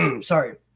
sorry